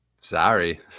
Sorry